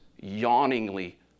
yawningly